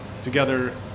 together